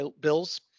bills